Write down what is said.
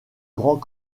grands